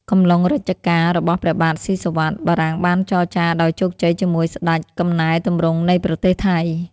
កំឡុងរជ្ជកាលរបស់ព្រះបាទស៊ីសុវត្ថិ បារាំងបានចរចាដោយជោគជ័យជាមួយស្តេចកំណែទម្រង់នៃប្រទេសថៃ ។